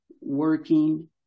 working